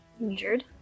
injured